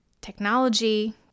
technology